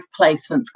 placements